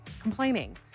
Complaining